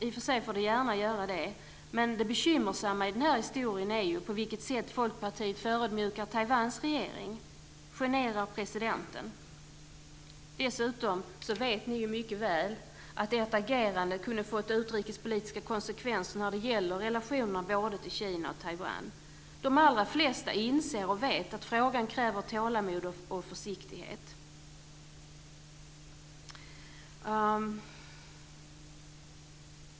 Det får i och för sig gärna göra det, men det bekymmersamma i den här historien är det sätt på vilket Folkpartiet förödmjukar Taiwans regering och generar dess president. Dessutom vet ni mycket väl att ert agerande kunde ha fått utrikespolitiska konsekvenser i relationerna till både Kina och Taiwan. De allra flesta inser att frågan kräver tålamod och försiktighet.